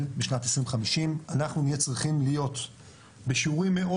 בשנת 2050 אנחנו נהיה צריכים להיות בשיעורים מאוד